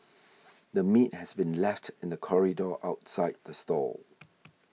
the meat has been left in the corridor outside the stall